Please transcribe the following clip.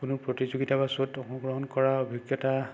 কোনো প্ৰতিযোগীতা বা শ্ব'ত অংশগ্ৰহণ কৰাৰ অভিজ্ঞতা